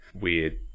weird